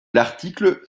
l’article